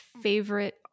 favorite